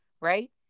right